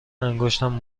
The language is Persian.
انگشتم